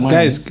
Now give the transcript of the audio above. Guys